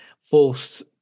forced